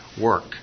work